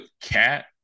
Cat